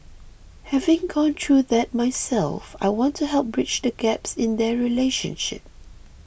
having gone through that myself I want to help bridge the gaps in their relationship